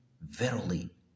Verily